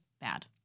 bad